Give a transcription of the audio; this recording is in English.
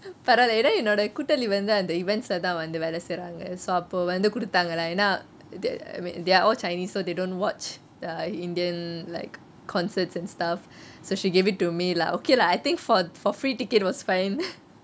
பரவாயிலே ஏன்னா என்னோட கூட்டாளி வந்து அந்த:paravaayileh yenna ennode kootali vanthu antha events தான் வந்து வேலை செய்யறாங்க:thaan vanthu velai seiraange so அப்போ வந்து குடுத்தாங்க:appo vanthu kuduthaange lah ஏன்னா:yenna their all chinese so they don't watch the err indian like concerts and stuff so she gave it to me lah okay lah I think for for free ticket was fine